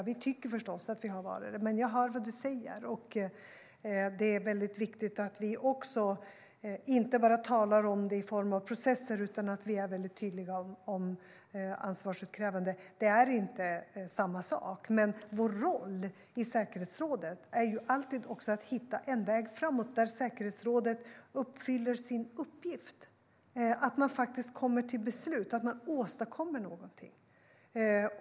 Vi tycker förstås att vi har varit det, men jag hör vad du säger, Karin Enström. Det är viktigt att vi inte bara talar om det i form av processer utan är väldigt tydliga om ansvarsutkrävande. Det är inte samma sak, men vår roll i säkerhetsrådet är alltid att hitta en väg framåt där säkerhetsrådet uppfyller sin uppgift - att man faktiskt kommer till beslut och åstadkommer någonting.